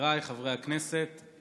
חבריי חברי הכנסת,